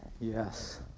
Yes